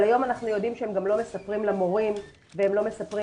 אבל היום אנחנו יודעים שהם גם לא מספרים למורים והם לא מספרים,